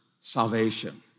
salvation